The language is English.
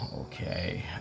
okay